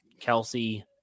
Kelsey